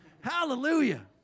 Hallelujah